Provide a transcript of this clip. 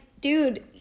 dude